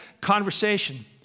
conversation